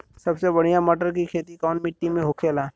सबसे बढ़ियां मटर की खेती कवन मिट्टी में होखेला?